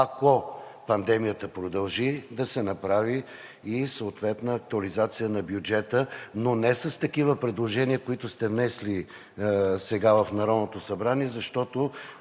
ако пандемията продължи, да се направи и съответна актуализация на бюджета, но не с такива предложения, които сте внесли сега в Народното събрание, защото